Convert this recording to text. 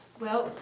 well,